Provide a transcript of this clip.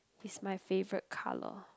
is my favourite colour